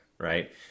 Right